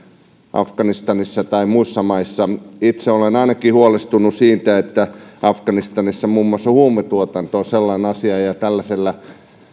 afganistanissa tai muissa maissa ainakin itse olen huolestunut afganistanissa muun muassa huumetuotannosta enkä tällaisella